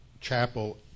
chapel